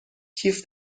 کیف